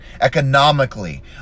economically